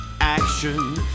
Action